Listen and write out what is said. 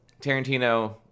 Tarantino